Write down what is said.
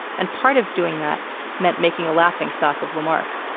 and part of doing that meant making a laughing-stock of lamarck.